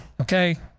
Okay